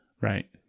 Right